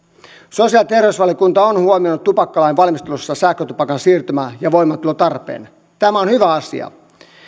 sosiaali ja terveysvaliokunta on huomioinut tupakkalain valmistelussa sähkötupakan osalta siirtymäaikoihin ja voimaantuloon liittyvän tarpeen tämä on hyvä asia